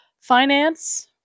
finance